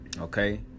okay